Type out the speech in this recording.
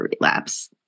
relapse